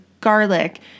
garlic